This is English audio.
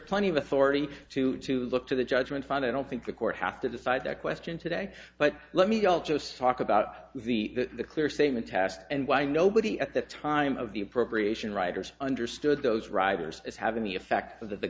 plenty of authority to to look to the judgment fund i don't think the courts have to decide that question today but let me i'll just talk about the the clear statement task and why nobody at the time of the appropriation writers understood those riders as having the effect of that the